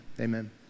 amen